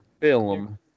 film